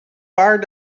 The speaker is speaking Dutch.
paar